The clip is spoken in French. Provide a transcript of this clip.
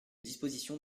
dispositions